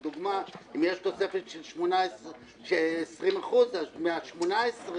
לדוגמה, אם יש תוספת של 20%, אז מה-18,000